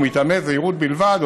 ומטעמי זהירות בלבד,